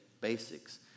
basics